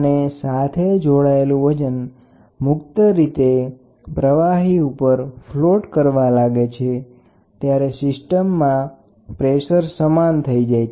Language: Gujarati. તો જ્યાં સુધી પિસ્ટન અને તેની સાથે જોડાયેલ વજન ઊઠી જાય ત્યાં સુધી ધીરે ધીરે પ્રેસર આપવામાં આવે છેતો જ્યારે પિસ્ટન અને સાથે જોડાયેલું વજન મુકત રીતે બદલાવા માંડે છે ત્યારે સિસ્ટમ એ સિસ્ટમ પ્રેસર સાથે સંતુલિત થઇ જાય છે